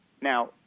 Now